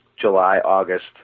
July-August